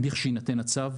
לכשיינתן הצו,